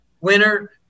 winner